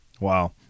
Wow